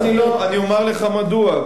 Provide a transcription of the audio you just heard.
אני אומר לך מדוע,